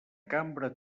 cambra